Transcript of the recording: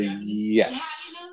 Yes